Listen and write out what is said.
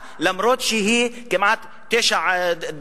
אף-על-פי שהיא היתה בעוצמה של כמעט 9 דרגות,